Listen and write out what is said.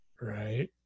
Right